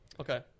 Okay